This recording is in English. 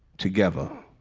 together.